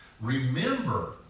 remember